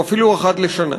או אפילו אחת לשנה.